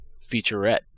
featurette